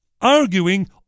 arguing